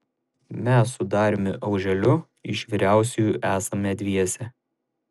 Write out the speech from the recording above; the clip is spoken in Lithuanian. mes su dariumi auželiu iš vyriausiųjų esame dviese